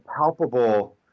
palpable